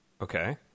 Okay